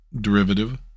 Derivative